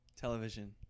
Television